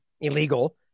illegal